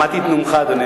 שמעתי את נאומך, אדוני